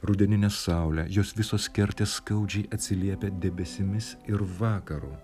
rudeninė saulė jos visos kerta skaudžiai atsiliepia debesimis ir vakaru